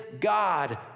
God